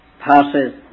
passes